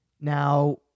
Now